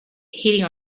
heating